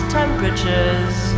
temperatures